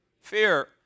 Fear